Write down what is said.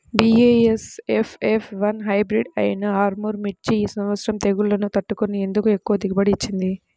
BASF F one hybrid అయినా ఆర్ముర్ మిర్చి ఈ సంవత్సరం తెగుళ్లును తట్టుకొని ఎందుకు ఎక్కువ దిగుబడి ఇచ్చింది?